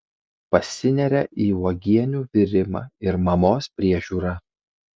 pasineria į uogienių virimą ir mamos priežiūrą